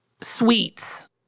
sweets